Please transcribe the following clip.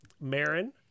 Marin